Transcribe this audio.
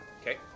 okay